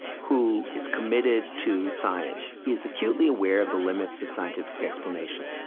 who is committed to science is acutely aware of the limits of scientific explanation.